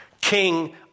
king